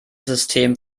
system